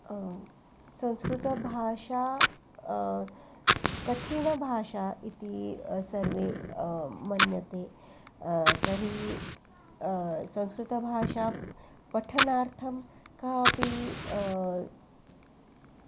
संस्कृतभाषा कठिनभाषा इति सर्वे मन्यन्ते तर्हि संस्कृतभाषा पठनार्थं कापि